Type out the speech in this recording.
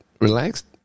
Relaxed